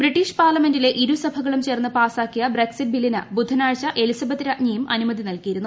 British പാർലമെൻറിലെ ഇരുസഭകളും ചേർന്ന് പാസാക്കിയ ബ്രെക്സിറ്റ് ബില്ലിന് ബുധനാഴ്ച എലിസബത്ത് രാജ്ഞിയും അനുമതി നൽകിയിരുന്നു